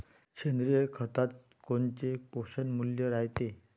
सेंद्रिय खतात कोनचे पोषनमूल्य रायते?